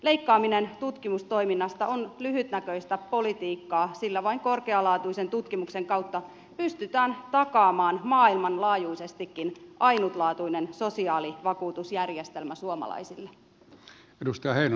leikkaaminen tutkimustoiminnasta on lyhytnäköistä politiikkaa sillä vain korkealaatuisen tutkimuksen kautta pystytään takaamaan maailmanlaajuisestikin ainutlaatuinen sosiaalivakuutusjärjestelmä suomalaisille